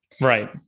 right